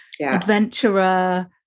adventurer